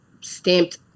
stamped